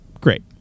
great